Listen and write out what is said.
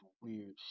weird